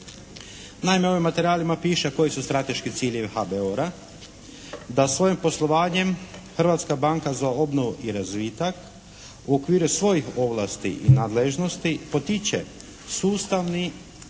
Naime, u ovim materijalima piše koji su strateški ciljevi HBOR-a, da svojim poslovanjem Hrvatska banka za obnovu i razvitak u okviru svojih ovlasti i nadležnosti potiče sustavni